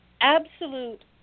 absolute